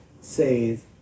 says